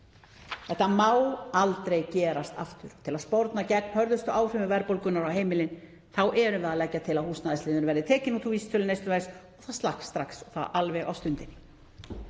Þetta má aldrei gerast aftur og til að sporna gegn hörðustu áhrifum verðbólgunnar á heimilin þá erum við að leggja til að húsnæðisliðurinn verði tekinn út úr vísitölu neysluverðs og það strax og alveg á stundinni.